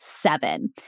seven